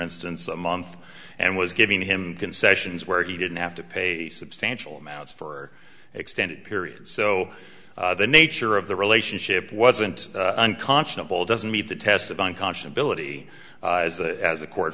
instance a month and was giving him concessions where he didn't have to pay a substantial amounts for extended periods so the nature of the relationship wasn't unconscionable doesn't meet the test of unconscious billet he as a court